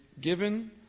given